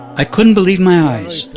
i couldn't believe my eyes.